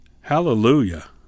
Hallelujah